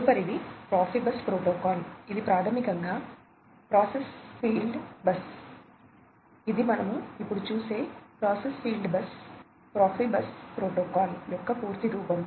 తదుపరిది Profibus protocol యొక్క పూర్తి రూపం